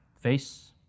face